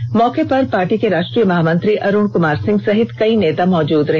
इस मौके पर पार्टी के राष्ट्रीय महामंत्री अरुण कुमार सिंह सहित कई नेता मौजूद रहे